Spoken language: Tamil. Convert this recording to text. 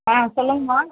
ஆ சொல்லுங்கம்மா